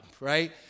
Right